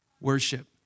worship